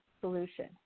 solution